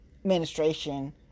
administration